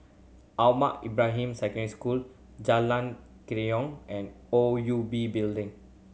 Ahmad Ibrahim Secondary School Jalan Kerayong and O U B Building